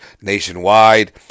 nationwide